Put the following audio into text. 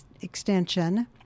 extension